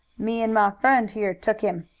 me and my friend here took him.